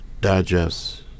digest